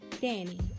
Danny